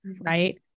right